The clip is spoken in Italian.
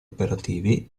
operativi